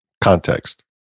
context